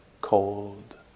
cold